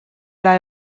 lai